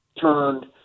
turned